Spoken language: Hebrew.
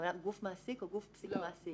התכוונת גוף מעסיק או גוף, מעסיק?